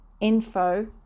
info